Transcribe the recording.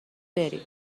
بری